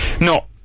no